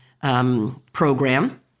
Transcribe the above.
program